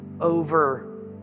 over